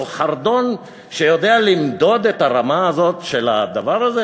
חרדון שיודע למדוד את הרמה של הדבר הזה?